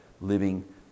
living